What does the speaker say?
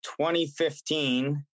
2015